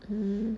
mmhmm